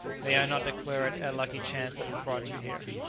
may i not declare it a lucky chance that has brought you here?